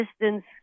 distance